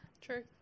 True